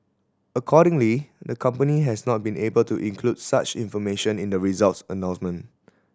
accordingly the company has not been able to include such information in the results announcement